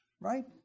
right